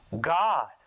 God